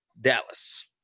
Dallas